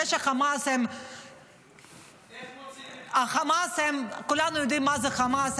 זה שחמאס הם --- איך מוציאים את --- כולנו יודעים מה זה חמאס.